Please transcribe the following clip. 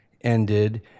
ended